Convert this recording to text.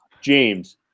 James